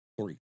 three